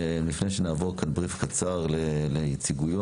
לפני שנעבור לבריף קצר לייצוגיות,